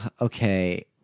okay